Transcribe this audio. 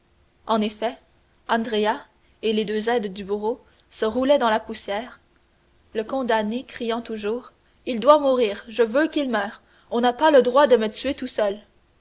en effet andrea et les deux aides du bourreau se roulaient dans la poussière le condamné criant toujours il doit mourir je veux qu'il meure on n'a pas le droit de me tuer tout seul